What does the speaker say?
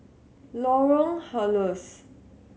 Lorong Halus